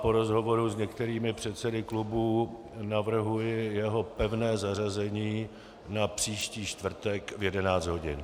Po rozhovoru s některými předsedy klubů navrhuji jeho pevné zařazení na příští čtvrtek v 11 hodin.